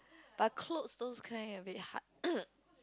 but clothes those kind a bit hard